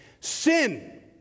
sin